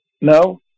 No